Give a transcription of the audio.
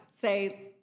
say